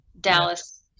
Dallas